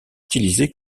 utilisé